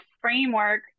framework